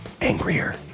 Angrier